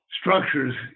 structures